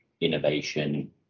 innovation